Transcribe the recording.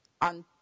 on